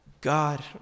God